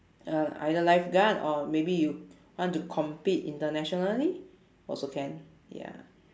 uh either lifeguard or maybe you want to compete internationally also can ya